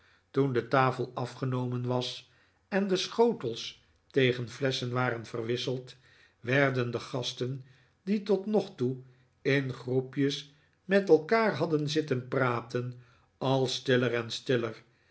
toen de tafel afgenomen was en de schotels tegen flesschen waren verwisseld werden de gasten die tot nog toe in groepjes met elkaar hadden zitten praten al stiller en stiller